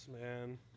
man